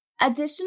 Additional